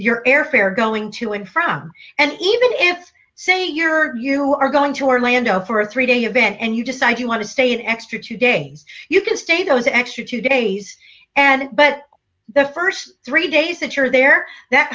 your airfare going to and from and even if say your you are going to orlando for a three day event and you decide you want to stay the extra two days you can stay those extra two days and but the first three days that you are there that